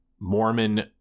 mormon